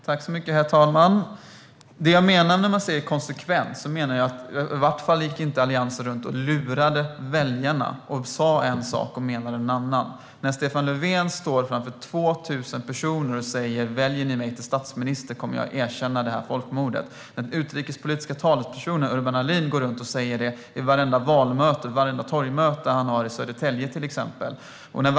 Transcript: Herr talman! Det jag menar när jag säger att man är konsekvent är att Alliansen i varje fall inte gick runt och lurade väljarna och sa en sak och menade en annan. Stefan Löfven stod framför 2 000 personer och sa: Om ni väljer mig till statsminister kommer jag att erkänna detta folkmord. Den utrikespolitiske talespersonen Urban Ahlin gick runt och sa det på vartenda valmöte och torgmöte han hade, till exempel i Södertälje.